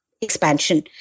expansion